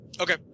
Okay